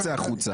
צא החוצה".